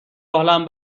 حالم